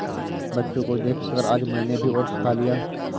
बच्चों को देखकर आज मैंने भी ओट्स खा लिया